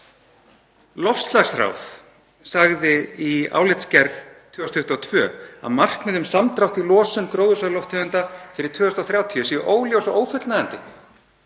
Loftslagsráð sagði í álitsgerð 2022 að markmið um samdrátt í losun gróðurhúsalofttegunda fyrir 2030 séu óljós og ófullnægjandi.